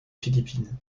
philippines